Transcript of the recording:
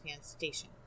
station